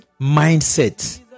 mindset